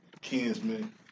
kinsmen